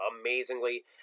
amazingly